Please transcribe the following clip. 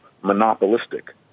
monopolistic